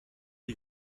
die